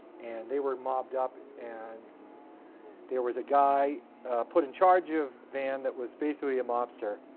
and they were mobbed up, and there was a guy put in charge of van that was basically a mobster.